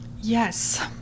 Yes